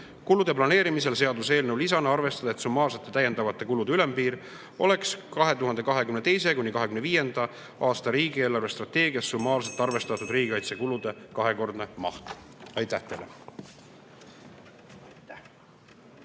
Kulude planeerimisel arvestada seaduseelnõu lisas, et summaarsete täiendavate kulude ülempiir oleks 2022.–2025. aasta riigi eelarvestrateegias summaarselt arvestatud riigikaitsekulude kahekordne maht. Aitäh teile!